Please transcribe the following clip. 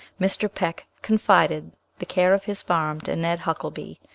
mr. peck confided the care of his farm to ned huckelby,